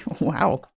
wow